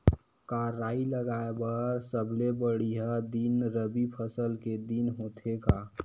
का राई लगाय बर सबले बढ़िया दिन रबी फसल के दिन होथे का?